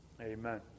Amen